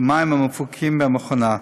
במים המופקים מהמכונה.